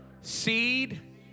seed